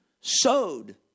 sowed